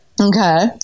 Okay